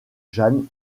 jeanne